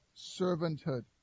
servanthood